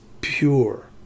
pure